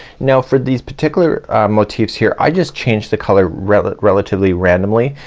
now for these particular motifs here i just changed the color rela, relatively randomly.